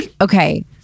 okay